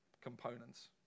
components